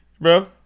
bro